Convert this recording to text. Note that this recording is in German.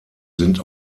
sind